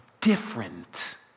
different